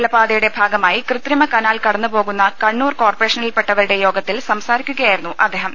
ജലപാതയുടെ ഭാഗമായി കൃത്രിമ കനാൽ കടന്നുപോവുന്ന കണ്ണൂർ കോർപറേഷനിൽപ്പെട്ടവരുടെ യോഗത്തിൽ സംസാരിക്കുകയായി രുന്നു അദ്ദേഹം